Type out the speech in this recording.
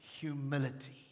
humility